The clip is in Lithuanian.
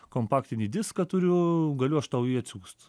kompaktinį diską turiu galiu aš tau jį atsiųst